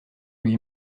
lui